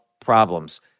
problems